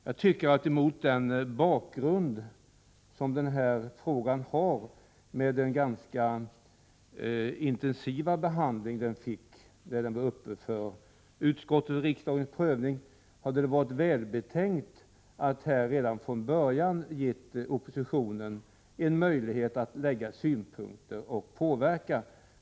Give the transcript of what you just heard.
Med tanke på frågans bakgrund — den fick en ganska intensiv behandling vid utskottets och kammarens prövning — hade det varit välbetänkt att redan från början ge oppositionen en möjlighet att föra fram synpunkter och påverka.